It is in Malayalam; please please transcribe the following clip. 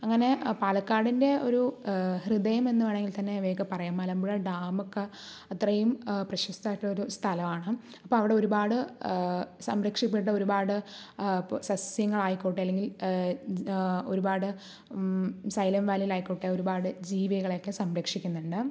അങ്ങനെ പാലക്കാടിൻ്റെ ഒരു ഹൃദയം എന്നു വേണമെങ്കിൽത്തന്നെ ഇവയൊക്കെ പറയാം മലമ്പുഴ ഡാമൊക്കെ അത്രയും പ്രശസ്തമായിട്ടുള്ളൊരു സ്ഥലമാണ് അപ്പോൾ അവിടെ ഒരുപാട് സംരക്ഷിക്കപ്പെട്ട ഒരുപാട് സസ്യങ്ങളായിക്കോട്ടെ അല്ലെങ്കിൽ ഒരുപാട് സൈലന്റ് വാലിയിലായിക്കോട്ടെ ഒരുപാട് ജീവികളെയൊക്കെ സംരക്ഷിക്കുന്നുണ്ട്